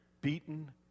beaten